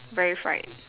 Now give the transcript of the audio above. very fried